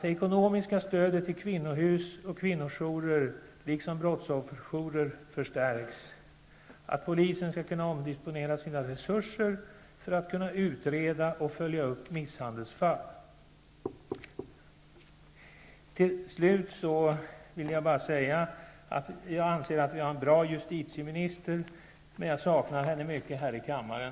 Det ekonomiska stödet till kvinnohus och kvinnojourer, liksom brottsofferjourer, måste förstärkas. Polisen skall kunna omdisponera sina resurser för att kunna utreda och följa upp misshandelsfall. Jag anser att vi har en bra justitieminister, men jag saknar henne mycket här i kammaren.